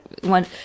one